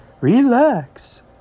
Relax